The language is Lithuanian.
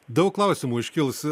daug klausimų iškils